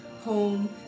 home